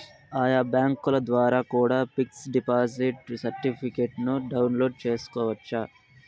ఆయా బ్యాంకుల ద్వారా కూడా పిక్స్ డిపాజిట్ సర్టిఫికెట్ను డౌన్లోడ్ చేసుకోవచ్చు